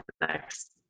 next